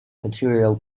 material